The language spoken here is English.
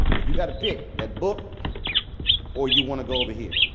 you got to pick that book or you want to go over here?